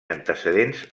antecedents